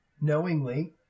knowingly